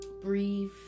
breathe